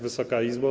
Wysoka Izbo!